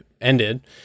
ended